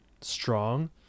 strong